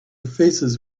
faces